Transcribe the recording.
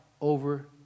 over